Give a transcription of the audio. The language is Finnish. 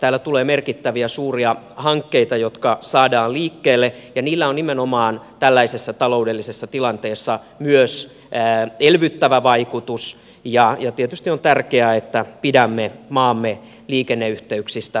täällä tulee merkittäviä suuria hankkeita jotka saadaan liikkeelle ja niillä on nimenomaan tällaisessa taloudellisessa tilanteessa myös elvyttävä vaikutus ja tietysti on tärkeää että pidämme maamme liikenneyhteyksistä huolta